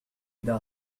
إذا